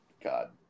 God